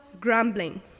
grumbling